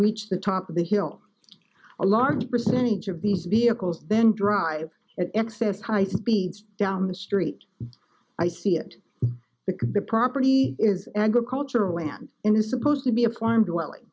reach the top of the hill a large percentage of these vehicles then drive at excess high speeds down the street i see it because the property is agricultural land and is supposed to be a farm dwelling